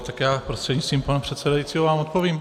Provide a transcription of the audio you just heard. Tak já prostřednictvím pana předsedajícího vám odpovím.